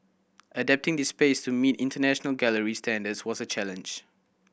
adapting this space to meet international gallery standards was a challenge